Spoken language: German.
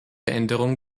änderung